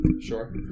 sure